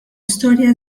storja